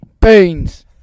Beans